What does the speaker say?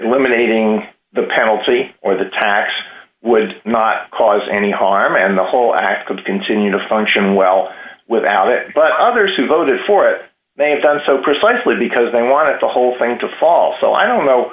eliminating the penalty or the tax would not cause any harm and the whole aca to continue to function well without it but others who voted for it may have done so precisely because they wanted the whole thing to fall so i don't know